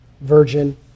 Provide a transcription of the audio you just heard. virgin